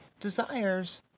desires